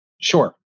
Sure